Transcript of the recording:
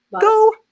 Go